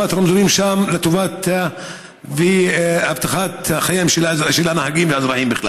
הרמזורים שם לטובת אבטחת החיים של הנהגים והאזרחים בכלל.